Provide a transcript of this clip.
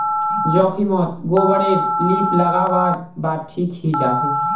जख्म मोत गोबर रे लीप लागा वार बाद ठिक हिजाबे